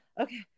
okay